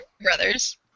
Brothers